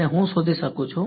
અને હું શોધી શકું છું